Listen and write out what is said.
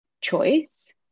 choice